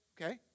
okay